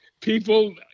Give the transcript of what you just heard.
people